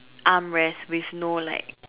arm rest with no like